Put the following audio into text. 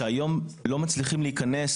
שהיום לא מצליחים להיכנס,